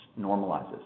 normalizes